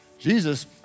Jesus